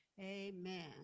Amen